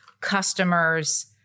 customers